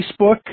Facebook